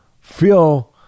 feel